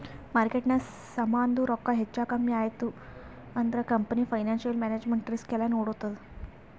ಮಾರ್ಕೆಟ್ನಾಗ್ ಸಮಾಂದು ರೊಕ್ಕಾ ಹೆಚ್ಚಾ ಕಮ್ಮಿ ಐಯ್ತ ಅಂದುರ್ ಕಂಪನಿ ಫೈನಾನ್ಸಿಯಲ್ ಮ್ಯಾನೇಜ್ಮೆಂಟ್ ರಿಸ್ಕ್ ಎಲ್ಲಾ ನೋಡ್ಕೋತ್ತುದ್